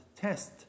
test